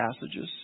passages